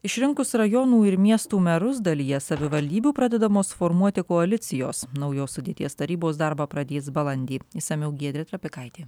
išrinkus rajonų ir miestų merus dalyje savivaldybių pradedamos formuoti koalicijos naujos sudėties tarybos darbą pradės balandį išsamiau giedrė trapikaitė